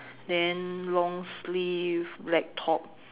then long sleeve black top